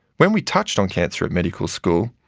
when we touched on cancer at medical school,